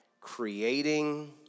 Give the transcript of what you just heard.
creating